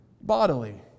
bodily